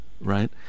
right